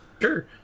Sure